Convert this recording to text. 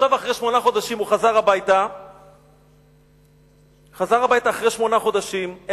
הוא חזר הביתה אחרי שמונה חודשים,